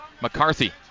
McCarthy